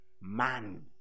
man